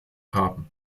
haben